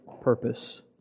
purpose